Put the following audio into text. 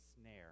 snare